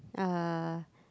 uh